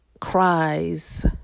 cries